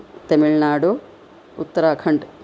Tamil Nadu Uttarakhand